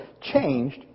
changed